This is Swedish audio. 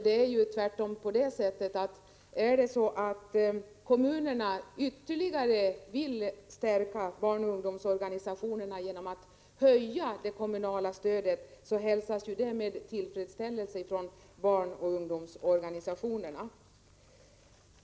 Det är tvärtom så, att om kommunerna vill stärka barnoch ungdomsorganisationerna ytterligare genom att höja det kommunala stödet hälsas det med tillfredsställelse av barnoch ungdomsorganisationerna.